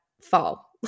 fall